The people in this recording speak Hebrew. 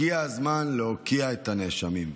הגיע הזמן להוקיע את האשמים.